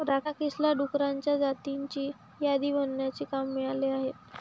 राकेशला डुकरांच्या जातींची यादी बनवण्याचे काम मिळाले आहे